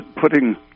putting